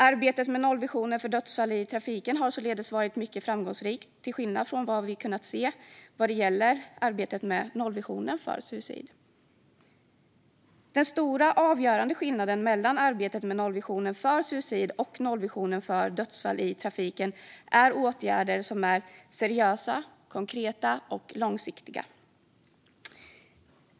Arbetet med nollvisionen för dödsfall i trafiken har varit mycket framgångsrikt, till skillnad från vad vi kunnat se vad gäller arbetet med nollvisionen för suicid. Den stora avgörande skillnaden mellan arbetet med nollvisionen för suicid och nollvisionen för dödsfall i trafiken är åtgärder som är seriösa, konkreta och långsiktiga.